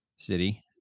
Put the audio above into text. city